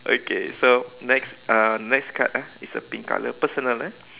okay so next uh next card ah is a pink colour personal eh